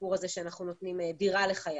הסיפור הזה שאנחנו נותנים דירה לחייל,